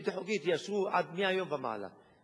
בלתי חוקית יאשרו מהיום והלאה.